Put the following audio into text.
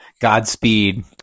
Godspeed